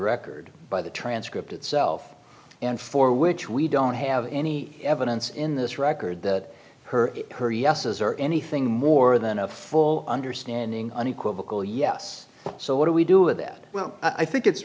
record by the transcript itself and for which we don't have any evidence in this record that her her yeses are anything more than a full understanding unequivocal yes so what do we do with that well i think it's